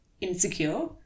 insecure